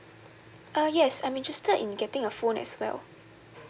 uh yes I'm interested in getting a phone as well